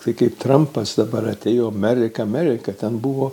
tai kaip trampas dabar atėjo amerika amerika ten buvo